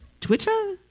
Twitter